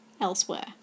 elsewhere